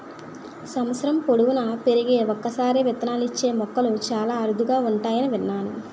సంవత్సరం పొడువునా పెరిగి ఒక్కసారే విత్తనాలిచ్చే మొక్కలు చాలా అరుదుగా ఉంటాయని విన్నాను